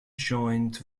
joint